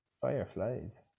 Fireflies